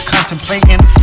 Contemplating